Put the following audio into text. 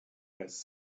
has